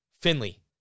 Finley